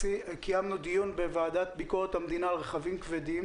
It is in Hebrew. קיימנו דיון בוועדת ביקורת המדינה על רכבים כבדים